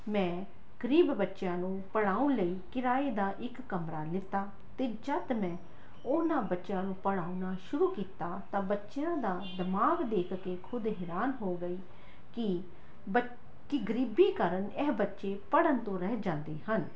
ਮੈਂ ਗਰੀਬ ਬੱਚਿਆਂ ਨੂੰ ਪੜ੍ਹਾਉਣ ਲਈ ਕਿਰਾਏ ਦਾ ਇੱਕ ਕਮਰਾ ਲਿੱਤਾ ਅਤੇ ਜਦੋਂ ਮੈਂ ਉਹਨਾਂ ਬੱਚਿਆਂ ਨੂੰ ਪੜ੍ਹਾਉਣਾ ਸ਼ੁਰੂ ਕੀਤਾ ਤਾਂ ਬੱਚਿਆਂ ਦਾ ਦਿਮਾਗ ਦੇਖ ਕੇ ਖੁਦ ਹੈਰਾਨ ਹੋ ਗਈ ਕਿ ਬ ਕਿ ਗਰੀਬੀ ਕਾਰਨ ਇਹ ਬੱਚੇ ਪੜ੍ਹਨ ਤੋਂ ਰਹਿ ਜਾਂਦੇ ਹਨ